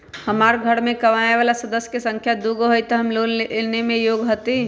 हमार घर मैं कमाए वाला सदस्य की संख्या दुगो हाई त हम लोन लेने में योग्य हती?